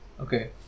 Okay